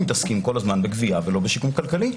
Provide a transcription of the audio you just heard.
הם מתעסקים כל הזמן בגבייה ולא בשיקום כלכלי.